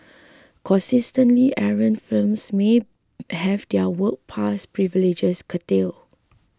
consistently errant firms may have their work pass privileges curtailed